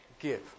give